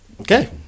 Okay